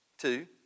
two